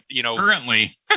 Currently